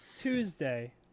Tuesday